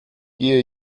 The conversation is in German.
gehe